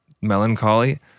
melancholy